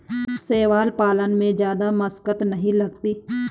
शैवाल पालन में जादा मशक्कत नहीं लगती